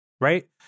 right